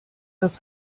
das